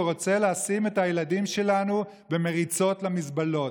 רוצה לשים את הילדים שלנו במריצות למזבלות.